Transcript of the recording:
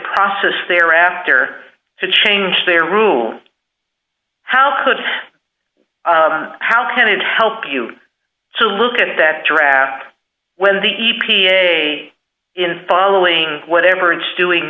process thereafter to change their rules how could how can it help you to look at that draft when the e p a in following whatever it's doing